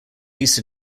least